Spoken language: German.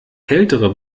kältere